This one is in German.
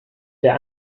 der